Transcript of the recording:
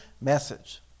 message